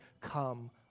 come